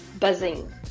buzzing